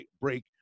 break